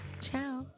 Ciao